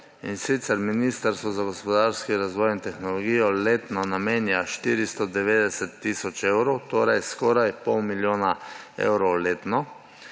in sicer Ministrstvo za gospodarski razvoj in tehnologijo letno namenja 490 tisoč evrov, torej skoraj pol milijona evrov letno.